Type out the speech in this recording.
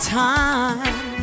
time